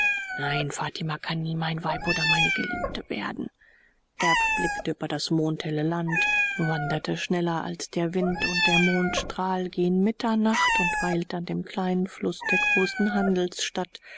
nein fatima kann nie mein weib oder meine geliebte werden erb blickte über das mondhelle land wanderte schneller als der wind und der mondstrahl gen mitternacht und weilte an dem kleinen fluß der großen handelsstadt